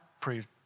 proved